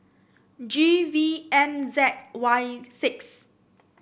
G V M Z Y six